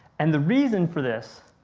and the reason for this,